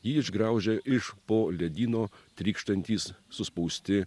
jį išgraužė iš po ledyno trykštantys suspausti